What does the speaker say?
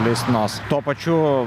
leistinos tuo pačiu